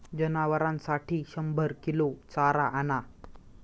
जनावरांसाठी शंभर किलो चारा आणा